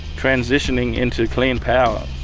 transitioning into clean power,